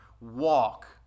walk